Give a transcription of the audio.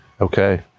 Okay